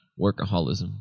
workaholism